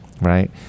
right